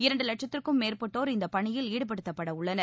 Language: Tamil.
இரண்டு வட்சத்திற்கும் மேற்பட்டோர் இந்த பணியில் ஈடுபடுத்தப்படவுள்ளனர்